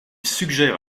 suggère